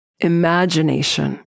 imagination